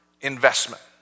investment